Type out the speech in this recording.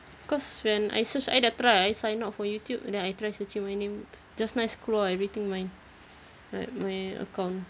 because when I search I dah try I signed out from YouTube and then I try searching my name just nice keluar everything mine right my account